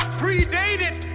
predated